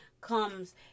comes